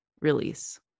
release